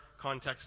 context